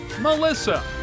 Melissa